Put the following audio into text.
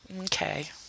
Okay